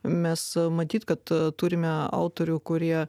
mes matyt kad turime autorių kurie